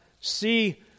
see